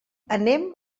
anem